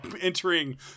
entering